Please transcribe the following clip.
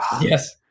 yes